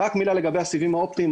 רק מילה לגבי הסיבים האופטיים,